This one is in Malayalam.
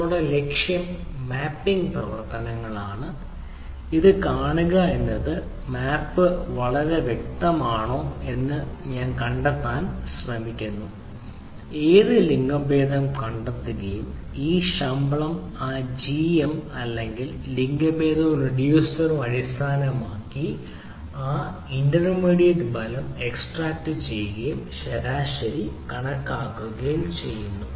നമ്മളുടെ ലക്ഷ്യം മാപ്പിംഗ് പ്രവർത്തനങ്ങളാണ് ഇത് കാണുക മാപ്പ് എല്ലാം ഇത് വ്യക്തിഗതമാണോ എന്ന് വ്യക്തിഗതമായി കണ്ടെത്താൻ നമ്മൾ ആഗ്രഹിക്കുന്നു ഏത് ലിംഗഭേദം കണ്ടെത്തുകയും ഈ ശമ്പളം ആ ജി എം അല്ലെങ്കിൽ എഫ് ശമ്പളം എന്നിവയ്ക്കൊപ്പം നിലനിർത്തുകയും കണ്ടെത്തൽ അടിസ്ഥാനപരമായി ചെയ്യും ലിംഗഭേദവും ശമ്പളവും റിഡ്യൂസറും അടിസ്ഥാനപരമായി ആ ഇന്റർമീഡിയറ്റ് ഫലം എക്സ്ട്രാക്റ്റുചെയ്യുകയും ശരാശരിയും മൊത്തവും കണക്കാക്കുകയും ചെയ്യും